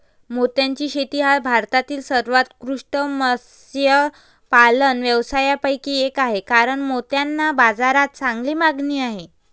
मोत्याची शेती हा भारतातील सर्वोत्कृष्ट मत्स्यपालन व्यवसायांपैकी एक आहे कारण मोत्यांना बाजारात चांगली मागणी आहे